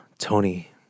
Tony